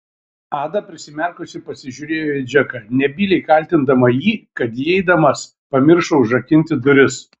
ada prisimerkusi pasižiūrėjo į džeką nebyliai kaltindama jį kad įeidamas pamiršo užrakinti duris